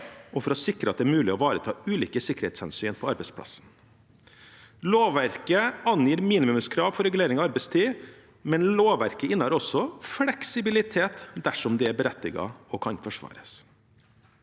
og for å sikre at det er mulig å ivareta ulike sikkerhetshensyn på arbeidsplassen. Lovverket angir minimumskrav for regulering av arbeidstid, men lovverket innehar også fleksibilitet dersom det er berettiget og kan forsvares.